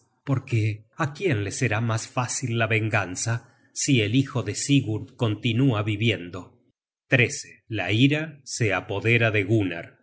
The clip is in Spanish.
porque á quién le será mas fácil la venganza si el hijo de sigurd continúa viviendo la ira se apodera de